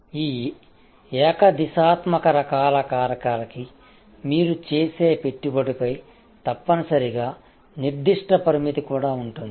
ఈ ఏకదిశాత్మక రకాల కారకాలకి మీరు చేసే పెట్టుబడిపై తప్పనిసరిగా నిర్ధిష్ట పరిమితి కూడా ఉంది